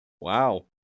Wow